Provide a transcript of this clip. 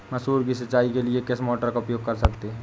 मसूर की सिंचाई के लिए किस मोटर का उपयोग कर सकते हैं?